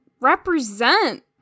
represent